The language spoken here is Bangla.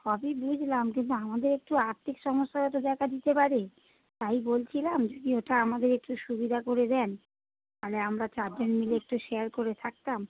সবই বুঝলাম কিন্তু আমাদের একটু আর্থিক সমস্যা হচ্ছে দিতে পারি তাই বলছিলাম যদি ওটা আমাদের একটু সুবিধা করে দেন তালে আমরা চার জন মিলে একটু শেয়ার করে থাকতাম